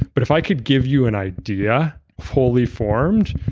but if i could give you an idea fully formed,